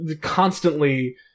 constantly